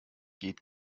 geht